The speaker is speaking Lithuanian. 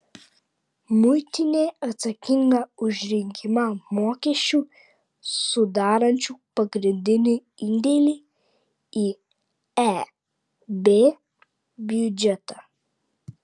muitinė atsakinga už rinkimą mokesčių sudarančių pagrindinį indėlį į eb biudžetą